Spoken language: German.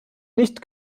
nicht